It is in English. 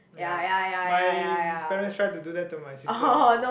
ya my parents tried to do that to my sister